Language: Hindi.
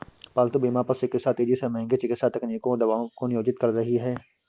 पालतू बीमा पशु चिकित्सा तेजी से महंगी चिकित्सा तकनीकों और दवाओं को नियोजित कर रही है